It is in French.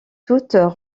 toutes